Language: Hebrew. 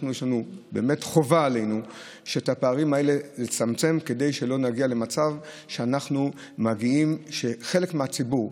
וחובה עלינו לצמצם את הפערים האלה כדי שנגיע למצב שחלק מהציבור,